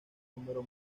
número